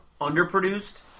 underproduced